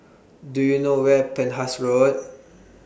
Do YOU know Where Penhas Road